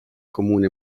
comune